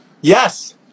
Yes